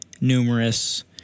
numerous